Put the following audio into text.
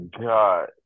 god